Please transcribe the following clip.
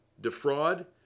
defraud